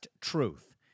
Truth